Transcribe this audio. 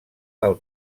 del